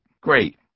Great